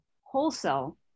wholesale